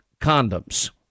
condoms